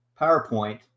PowerPoint